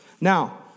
Now